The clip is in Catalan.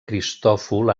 cristòfol